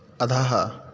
अधः